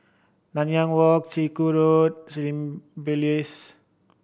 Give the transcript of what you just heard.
Nanyang Walk Chiku Road Symbiosis